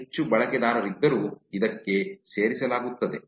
ಹೆಚ್ಚು ಬಳಕೆದಾರರಿದ್ದರೂ ಇದಕ್ಕೆ ಸೇರಿಸಲಾಗುತ್ತದೆ